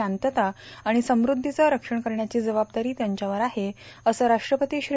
शांतता आणि समृद्धीचं रक्षण करण्याची जबाबदारी त्यांच्यावर आहे असं राष्ट्रपती श्री